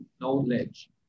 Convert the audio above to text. knowledge